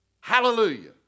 Hallelujah